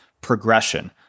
progression